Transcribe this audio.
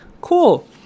cool